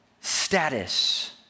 status